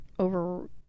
Over